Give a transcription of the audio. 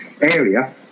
area